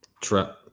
Trap